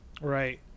Right